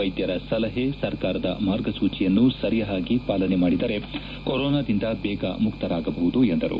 ವೈದ್ಯರ ಸಲಹೆ ಸರ್ಕಾರದ ಮಾರ್ಗಸೂಚಿಯನ್ನು ಸರಿಯಾಗಿ ಪಾಲನೆ ಮಾಡಿದರೆ ಕೊರೊನಾದಿಂದ ಬೇಗ ಮುಕ್ತರಾಗಬಹುದು ಎಂದರು